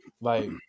like-